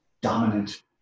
dominant